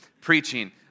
Preaching